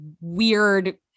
weird